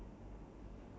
oh